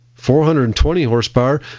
420-horsepower